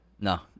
No